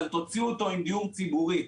אבל תוציאו אותו עם דיור ציבורי.